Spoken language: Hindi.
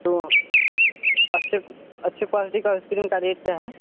तो अच्छे अच्छे क्वालटी का आइसक्रीम का रेट क्या है